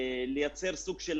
והפתרונות צריכים להגיע,